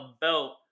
belt